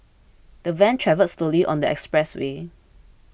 the van travelled slowly on the expressway